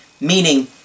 meaning